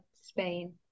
Spain